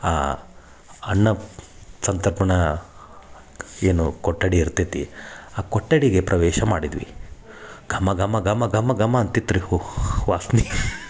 ಆ ಅನ್ನ ಸಂತರ್ಪಣ ಏನು ಕೊಠಡಿ ಇರ್ತೈತಿ ಆ ಕೊಠಡಿಗೆ ಪ್ರವೇಶ ಮಾಡಿದ್ವಿ ಘಮ ಘಮ ಘಮ ಘಮ ಘಮ ಅಂತಿತ್ತು ರೀ ವಾಸ್ನಿ